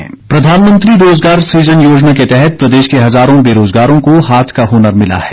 प्रदर्शनी प्रधानमंत्री रोजगार सुजन योजना के तहत प्रदेश के हजारों बेरोजगारों को हाथ का हुनर मिला है